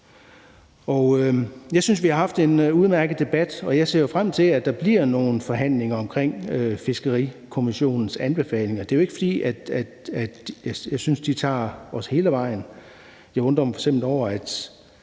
Jeg synes, vi har haft en udmærket debat, og jeg ser frem til, at der kommer nogle forhandlinger om Fiskerikommissionens anbefalinger. Det er jo ikke, fordi jeg synes, at de tager os hele vejen. Jeg undrer mig f.eks. over, at